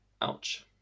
Ouch